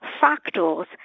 factors